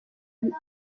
ibiro